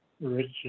Richard